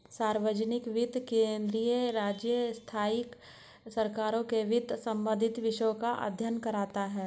सार्वजनिक वित्त केंद्रीय, राज्य, स्थाई सरकारों के वित्त संबंधी विषयों का अध्ययन करता हैं